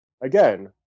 again